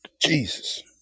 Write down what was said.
Jesus